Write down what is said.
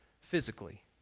physically